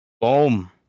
Boom